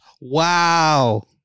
Wow